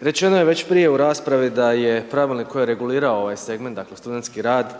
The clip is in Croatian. Rečeno je već prije u raspravi da je pravilnik koji je regulirao ovaj segment dakle, studentski rad